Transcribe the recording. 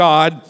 God